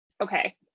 Okay